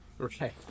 Okay